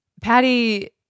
Patty